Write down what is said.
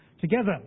together